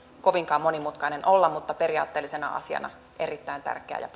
kovinkaan monimutkainen olla mutta periaatteellisena asiana se on erittäin tärkeä ja